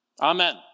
Amen